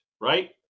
right